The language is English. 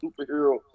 superhero